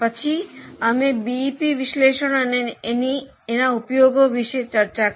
પછી અમે બીઈપી વિશ્લેષણ અને એના ઉપયોગો પણ ચર્ચા કરી